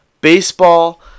Baseball